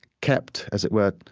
kept, as it were,